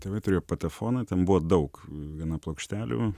tėvai turėjo patefoną ten buvo daug gana plokštelių